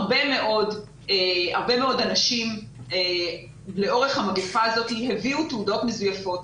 הרבה מאוד אנשים לאורך המגיפה הזאת הביאו תעודות מזויפות,